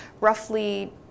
roughly